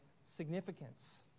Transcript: significance